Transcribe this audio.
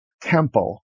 temple